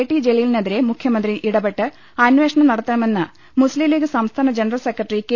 T ജലീലിനെതിരെ മുഖ്യമന്ത്രി ഇടപെട്ട് അന്വേ ഷണം നടത്തണമെന്ന് മുസ്ലിംലീഗ് സംസ്ഥാന ജനറൽ സെക്രട്ടറി കെ